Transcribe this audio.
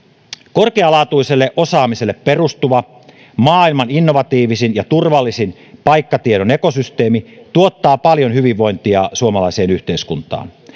korkealaatuiselle osaamiselle perustuva maailman innovatiivisin ja turvallisin paikkatiedon ekosysteemi tuottaa paljon hyvinvointia suomalaiseen yhteiskuntaan